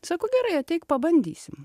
sako gerai ateik pabandysim